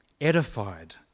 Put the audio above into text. edified